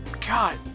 god